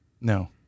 No